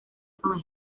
con